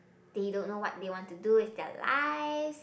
they don't know what they want to do with their lives